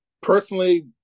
Personally